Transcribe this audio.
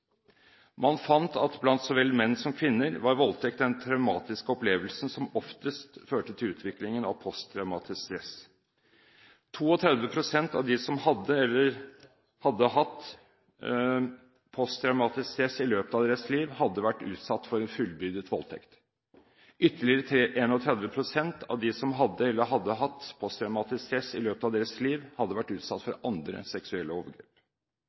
Man fant at blant menn så vel som blant kvinner var voldtekt en traumatisk opplevelse som oftest førte til utviklingen av posttraumatisk stresslidelse. 32 pst. av dem som hadde eller hadde hatt posttraumatisk stresslidelse i løpet av sitt liv, hadde vært utsatt for en fullbyrdet voldtekt. Ytterligere 31 pst. av dem som hadde eller hadde hatt posttraumatisk stresslidelse i løpet av sitt liv, hadde vært utsatt for andre seksuelle overgrep.